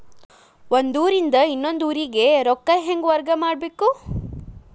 ಒಂದ್ ಊರಿಂದ ಇನ್ನೊಂದ ಊರಿಗೆ ರೊಕ್ಕಾ ಹೆಂಗ್ ವರ್ಗಾ ಮಾಡ್ಬೇಕು?